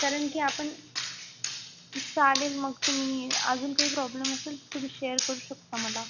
कारण की आपण चालेल मग तुम्ही आजून काही प्रॉब्लम असेल तर तुम्ही शेयर करू शकता मला